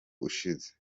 ushize